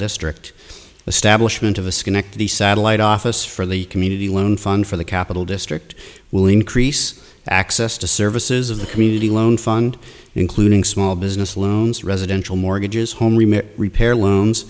district establishment of a schenectady satellite office for the community loan fund for the capital district will increase access to services of the community loan fund including small business loans residential mortgages home repair lo